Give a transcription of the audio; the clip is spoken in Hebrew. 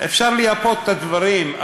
אפשר לייפות את הדברים,